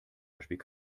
beispiel